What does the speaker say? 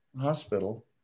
hospital